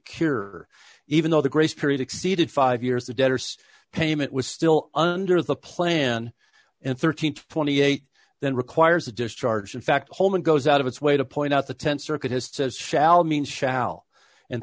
cure even though the grace period exceeded five years the debtors payment was still under the plan and th twenty eight dollars then requires a discharge in fact home and goes out of its way to point out the th circuit has says shall mean shall and